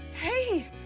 Hey